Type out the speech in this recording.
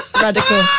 radical